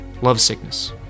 lovesickness